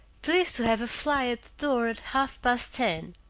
please to have a fly at the door at half-past ten,